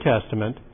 Testament